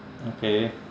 okay